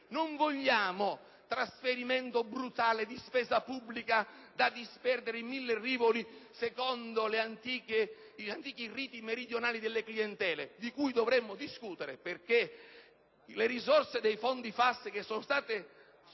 non vogliamo un trasferimento brutale di spesa pubblica da disperdere in mille rivoli, secondo gli antichi riti meridionali delle clientele, di cui dovremo discutere, perché le risorse dei fondi FAS, che sono state destinate